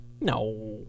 No